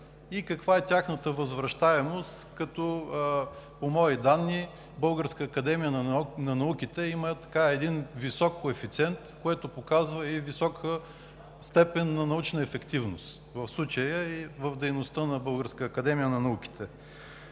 и каква е тяхната възвръщаемост, като по мои данни Българската академия на науките има висок коефициент, което показва и висока степен на научна ефективност, в случая дейността на Българската академия на науките.